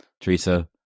Teresa